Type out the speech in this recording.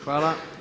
Hvala.